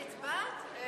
התשע"ב 2012,